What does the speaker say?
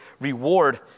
reward